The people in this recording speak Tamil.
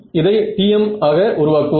இதை TM ஆக உருவாக்குவோம்